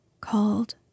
called